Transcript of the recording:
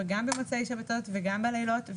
גם במוצאי שבתות וגם בלילות.